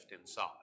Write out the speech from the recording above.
inside